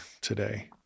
today